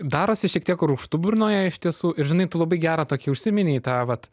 darosi šiek tiek rūgštu burnoje iš tiesų ir žinai tu labai gerą tokį užsiminei tą vat